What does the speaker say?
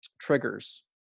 triggers